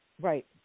Right